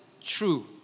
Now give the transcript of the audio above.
true